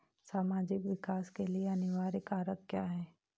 सामाजिक विकास के लिए अनिवार्य कारक क्या है?